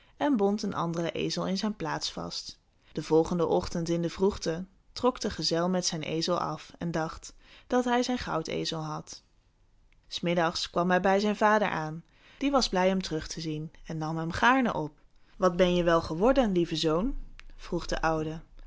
en bond een anderen ezel in zijn plaats vast den volgenden ochtend in de vroegte trok de gezel met zijn ezel af en dacht dat hij zijn goudezel had s middags kwam hij bij zijn vader aan die was blij hem terug te zien en nam hem gaarne op wat ben je wel geworden lieve zoon vroeg de oude